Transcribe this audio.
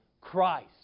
Christ